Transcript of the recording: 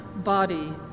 body